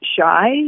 shy